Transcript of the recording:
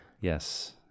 Yes